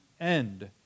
end